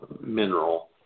mineral